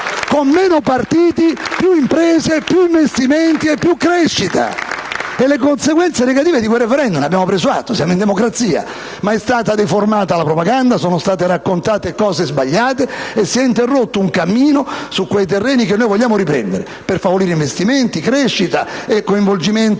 con meno partiti, più imprese, più investimenti e più crescita. E che dire delle conseguenze negative di quel *referendum?* Del risultato ne abbiamo preso atto, siamo in democrazia, ma è stata deformata la propaganda, sono state raccontate cose sbagliate e si è interrotto un cammino su quei terreni che noi vogliamo riprendere, per favorire investimenti, crescita e coinvolgimento